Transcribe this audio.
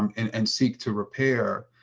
um and and seek to repair,